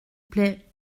plait